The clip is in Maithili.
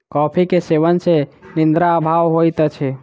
कॉफ़ी के सेवन सॅ निद्रा अभाव होइत अछि